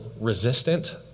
resistant